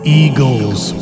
eagles